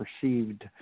perceived